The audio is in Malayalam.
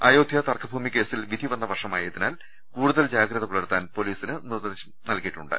അയോധ്യ തർക്കഭൂമി കേസിൽ വിധി വന്ന വർഷമായതി നാൽ കൂടുതൽ ജാഗ്രത പുലർത്താൻ പൊലീസിന് നിർദ്ദേശം നൽകിയിട്ടു ണ്ട്